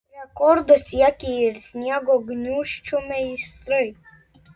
rekordo siekė ir sniego gniūžčių meistrai